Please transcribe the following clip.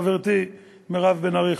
חברתי מירב בן ארי,